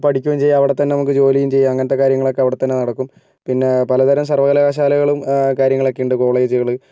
പഠിക്കുകയും ചെയ്യാം അവിടെത്തന്നെ നമുക്ക് ജോലിയും ചെയ്യാം അങ്ങൻനത്തെ കാര്യങ്ങളൊക്കെ അവിടെത്തന്നെ നടക്കും പിന്നെ പലതരം സർവകലാശാലകളും കാര്യങ്ങളൊക്കെ ഉണ്ട് കോളേജുകൾ